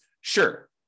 Sure